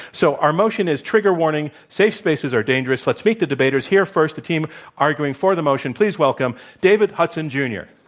so, our motion is trigger warning safe spaces are dangerous. let's meet the debaters. here first the team arguing for the motion. please welcome david hudson, jr.